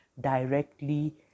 directly